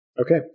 Okay